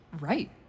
right